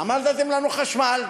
למה נתתם לנו חשמל?